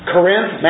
Corinth